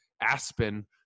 Aspen